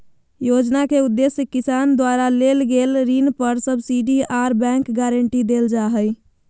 योजना के उदेश्य किसान द्वारा लेल गेल ऋण पर सब्सिडी आर बैंक गारंटी देल जा हई